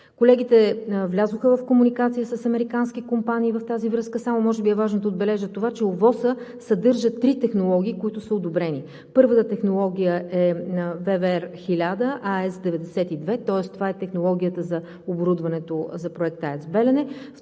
Колегите влязоха в комуникация с американски компании в тази връзка. Само може би е важно да отбележа това, че ОВОС а съдържа три технологии, които са одобрени. Първата технология е ВВЕР-1000 АЕS-92, тоест това е технологията за оборудването на проекта АЕЦ